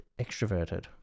extroverted